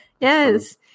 Yes